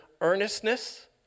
earnestness